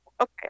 Okay